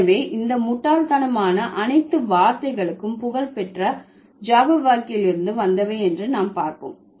எனவே இந்த முட்டாள்தனமான அனைத்து வார்த்தைகளுக்கும் புகழ்பெற்ற ஜபர்வோக்கியிலிருந்து வந்தவை என்று நாம் பார்ப்போம்